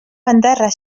bandarra